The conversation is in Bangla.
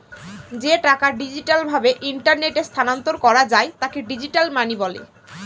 যে টাকা ডিজিটাল ভাবে ইন্টারনেটে স্থানান্তর করা যায় তাকে ডিজিটাল মানি বলে